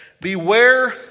Beware